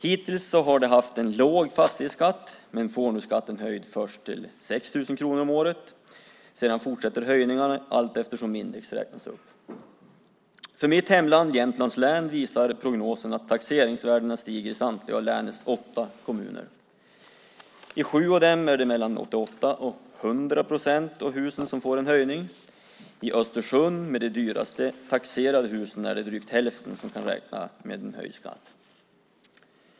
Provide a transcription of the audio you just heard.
Hittills har de haft en låg fastighetsskatt men får nu skatten höjd till 6 000 kronor om året. Sedan fortsätter höjningarna allteftersom index räknas upp. För mitt hemlän Jämtlands län visar prognoserna att taxeringsvärdena stiger i samtliga av länets åtta kommuner. I sju av dem är det mellan 88 procent och 100 procent av husen som får en höjning. I Östersund, med de högst taxerade husen, är det drygt hälften som kan räkna med en höjd skatt.